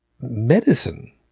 medicine